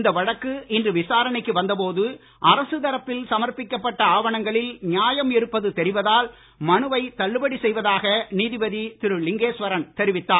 இந்த வழக்கு இன்று விசாரணைக்கு வந்த போது அரசு தரப்பில் சமர்ப்பிக்கப்பட்ட ஆவணங்களில் நியாயம் இருப்பது தெரிவதால் மனுவை தள்ளுபடி செய்வதாக நீதிபதி திரு லிங்கேஸ்வரன் தெரிவித்தார்